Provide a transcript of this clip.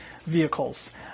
vehicles